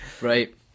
right